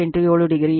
ಆದ್ದರಿಂದ P1 36